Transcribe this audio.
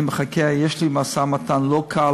יש לי משא-ומתן לא קל